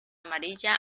amarilla